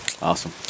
Awesome